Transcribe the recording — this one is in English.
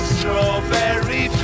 Strawberry